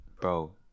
bro